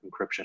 encryption